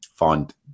Find